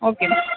okay ma'am